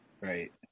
Right